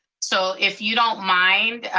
so if you don't mind,